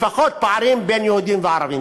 לפחות הפערים בין יהודים לערבים.